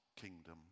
kingdom